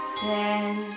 ten